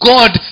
God